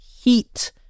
heat